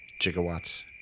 Gigawatts